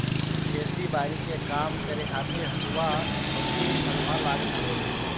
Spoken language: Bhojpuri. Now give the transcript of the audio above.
खेती बारी के काम करे खातिर हसुआ, खुरपी, फरुहा लागत हवे